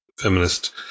feminist